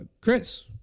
Chris